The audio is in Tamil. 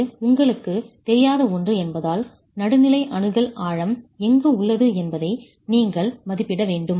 இது உங்களுக்குத் தெரியாத ஒன்று என்பதால் நடுநிலை அணுகல் ஆழம் எங்கு உள்ளது என்பதை நீங்கள் மதிப்பிட வேண்டும்